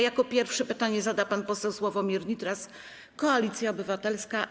Jako pierwszy pytanie zada pan poseł Sławomir Nitras, Koalicja Obywatelska.